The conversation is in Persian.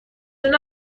جون